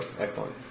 Excellent